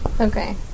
Okay